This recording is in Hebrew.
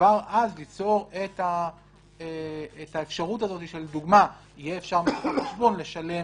כבר אז ליצור את האפשרות הזאת שלדוגמה יהיה אפשר מאותו חשבון לשלם,